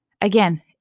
Again